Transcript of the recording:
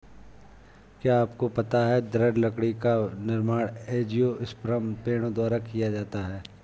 क्या आपको पता है दृढ़ लकड़ी का निर्माण एंजियोस्पर्म पेड़ों द्वारा किया जाता है?